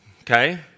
Okay